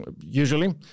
usually